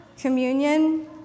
communion